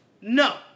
No